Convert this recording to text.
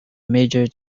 major